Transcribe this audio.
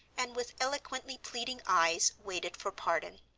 and with eloquently pleading eyes waited for pardon.